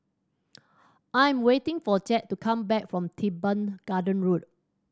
I am waiting for Chet to come back from Teban Gardens Road